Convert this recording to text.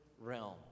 realm